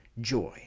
joy